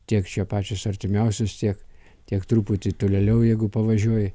tiek čia pačios artimiausios tiek tiek truputį tolėliau jeigu pavažiuoji